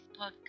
podcast